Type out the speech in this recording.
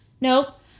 Nope